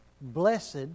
blessed